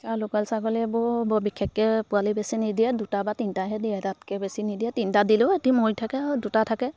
local ছাগলীয়ে বৰ বৰ বিশেষকৈ পোৱালি বেছি নিদিয়ে দুটা বা তিনিটাহে দিয়ে তাতকৈ বেছি নিদিয়ে তিনিটা দিলেও সিহঁত মৰি থাকে আৰু দুটা থাকে